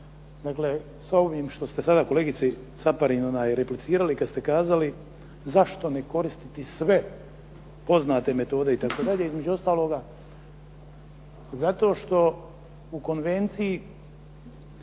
Dakle sa ovim šta ste sada kolegici Caparin replicirali, kad ste kazali zašto ne koristiti sve poznate metode itd. Između ostaloga, zato što u konvenciji,